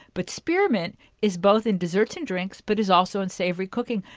but spearmint is both in desserts and drinks, but it is also in savory cooking.